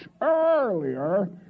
earlier